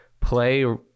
play